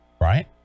right